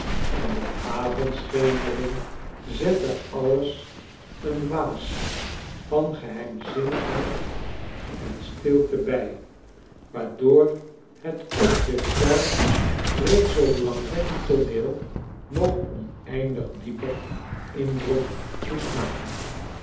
en de avondschemering zette alles een waas van geheimzinnigheid en stilte bij waardoor het op zich zelf reeds zoo belangwekkend tooneel nog oneindig dieper indruk moest maken